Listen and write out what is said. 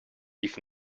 leave